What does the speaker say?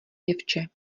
děvče